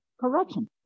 corruption